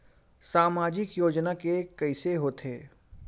सामाजिक योजना के कइसे होथे?